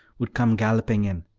would come galloping in,